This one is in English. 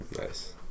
Nice